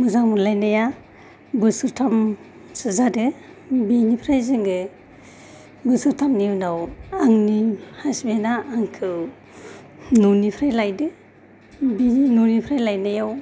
मोजां मोनलायनाया बोसोर थामसो जादों बेनिफ्राय जोङो बोसोर थामनि उनाव आंनि हासबेना आंखौ न'निफ्राय लायदों बिनि न'निफ्राय लायनायाव